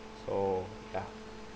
so ya